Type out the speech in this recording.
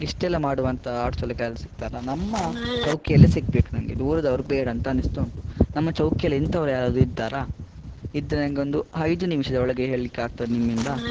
ಇಷ್ಟೆಲ್ಲಾ ಮಾಡುವಂಥ ಆಟೋ ಚಾಲಕ ಯಾರಾದರೂ ಸಿಕ್ತಾರ ನಮ್ಮ ಚೌಕಿಯಲ್ಲೇ ಸಿಗ್ಬೇಕು ನಂಗೆ ದೂರದವರು ಬೇಡ ಅಂತ ಅನಿಸ್ತಾ ಉಂಟು ನಮ್ಮ ಚೌಕಿಯಲ್ಲಿ ಇಂಥವರು ಯಾರಾದರೂ ಇದ್ದಾರಾ ಇದ್ರೆ ನನಗೊಂದು ಐದು ನಿಮಿಷದೊಳಗೆ ಹೇಳಲಿಕ್ಕಾಗ್ತದ ನಿಮ್ಮಿಂದ